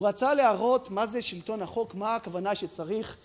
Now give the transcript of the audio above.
הוא רצה להראות מה זה שלטון החוק, מה הכוונה שצריך